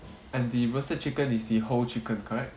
and the roasted chicken is the whole chicken correct